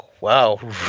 Wow